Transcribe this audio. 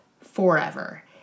forever